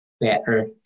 better